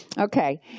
Okay